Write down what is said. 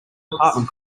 apartment